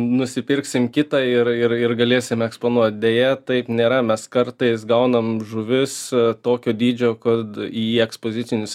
nusipirksim kitą ir ir galėsim eksponuot deja taip nėra mes kartais gaunam žuvis tokio dydžio kad į ekspozicinius